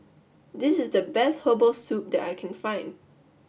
this is the best Herbal Soup that I can find